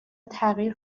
تغییر